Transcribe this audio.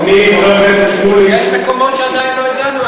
יש מקומות שעדיין לא הגענו אליהם.